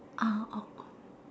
ah of course